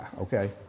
Okay